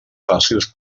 fàcils